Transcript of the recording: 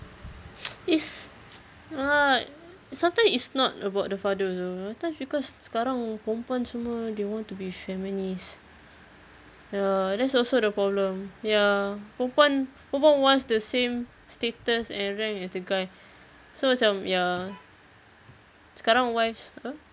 it's no lah sometimes it's not about the father also sometimes because sekarang perempuan semua they want to be feminists ya that's also the problem ya perempuan perempuan wants the same status and rank as the guy so macam ya sekarang wives apa